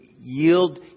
yield